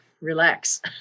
relax